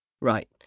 Right